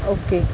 okay